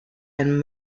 and